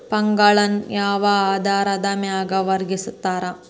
ಫಂಡ್ಗಳನ್ನ ಯಾವ ಆಧಾರದ ಮ್ಯಾಲೆ ವರ್ಗಿಕರಸ್ತಾರ